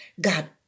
God